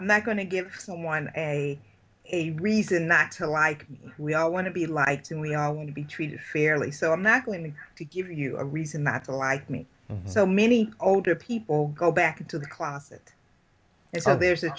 i'm not going to give someone a reason not to like we all want to be liked and we all want to be treated fairly so i'm not going to give you a reason not to like me so many older people go back into the closet there's a